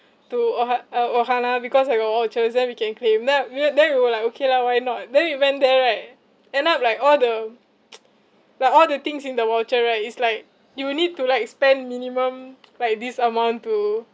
to oha~ uh ohana because I got vouchers then we can claim that uh then we were like okay lah why not then we went there right end up like all the like all the things in the voucher right is like you would need to like spend minimum like this amount to